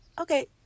okay